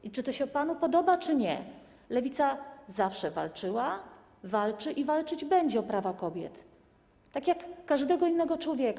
I czy to się panu podoba czy nie, Lewica zawsze walczyła, walczy i walczyć będzie o prawa kobiet, tak jak każdego innego człowieka.